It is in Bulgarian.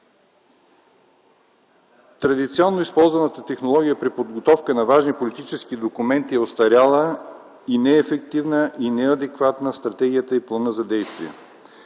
Традиционно използваната технология при подготовка на важни политически документи е остаряла и неефективна, и неадекватна в стратегията и по плана за действие.